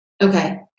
okay